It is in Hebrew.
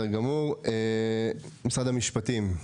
משרד המשפטים,